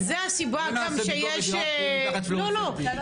לא נעשה ביקורת רק מתחת פלורסנטים.